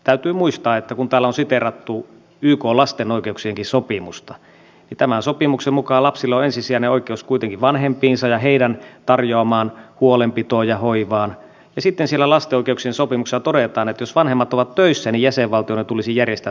täytyy muistaa kun täällä on siteerattu ykn lapsen oikeuksien sopimustakin että tämän sopimuksen mukaan lapsilla on ensisijainen oikeus kuitenkin vanhempiinsa ja heidän tarjoamaansa huolenpitoon ja hoivaan ja sitten siellä lapsen oikeuksien sopimuksessa todetaan että jos vanhemmat ovat töissä niin jäsenvaltioiden tulisi järjestää tämmöinen päivähoito